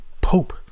Pope